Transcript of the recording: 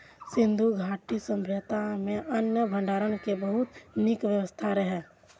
सिंधु घाटी सभ्यता मे अन्न भंडारण के बहुत नीक व्यवस्था रहै